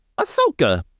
Ahsoka